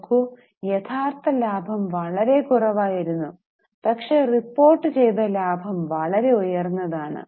നോക്കൂ യഥാർത്ഥ ലാഭം വളരെ കുറവായിരുന്നു പക്ഷേ റിപ്പോർട്ടുചെയ്ത ലാഭം വളരെ ഉയർന്നതാണ്